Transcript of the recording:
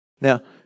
Now